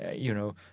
ah you know,